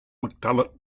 mcculloch